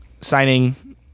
signing